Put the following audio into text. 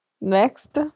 Next